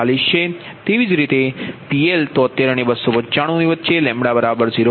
48 છે તેવીજ રીતે આ 73 ≤ PL ≤ 295 0